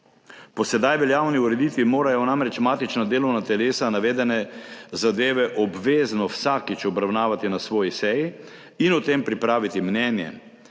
Po sedaj veljavni ureditvi morajo namreč matična delovna telesa navedene zadeve obvezno vsakič obravnavati na svoji seji in o tem pripraviti mnenje.